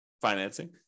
financing